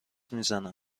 میزنم